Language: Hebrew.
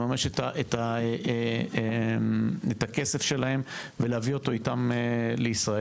לממש את הכסף שלהם ולהביא אותו איתם לישראל.